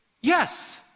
Yes